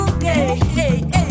okay